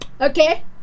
Okay